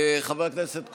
חבר הכנסת קוז'ינוב,